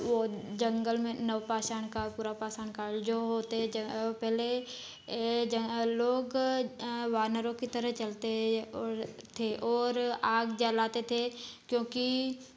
वो जंगल में नवपषाण काल पुरा पषाण काल जो होते हैं ज पहले जहाँ लोग वानरों कि तरह चलते हैं और थे और आग जलाते थे क्योंकि